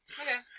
Okay